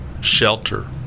shelter